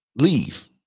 leave